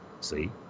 See